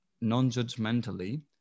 non-judgmentally